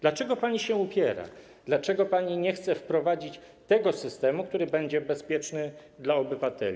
Dlaczego pani się upiera, dlaczego pani nie chce wprowadzić tego systemu, który będzie bezpieczny dla obywateli?